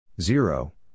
Zero